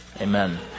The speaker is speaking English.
Amen